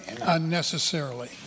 unnecessarily